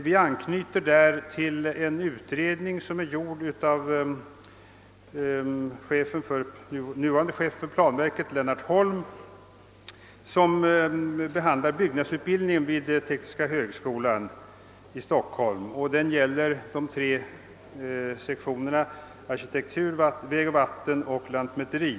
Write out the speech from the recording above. Vi anknyter i motionerna till en utredning som gjorts av nuvarande chefen för planverket Lennart Holm, i vilken byggnadsutbildningen vid tekniska högskolan i Stockholm behandlas. Det gäller de tre sektionerna arkitektur, vägoch vattenbyggnad samt lantmäteri.